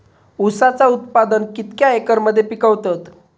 ऊसाचा उत्पादन कितक्या एकर मध्ये पिकवतत?